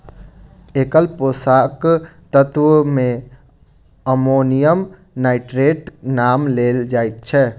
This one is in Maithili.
एकल पोषक तत्व मे अमोनियम नाइट्रेटक नाम लेल जाइत छै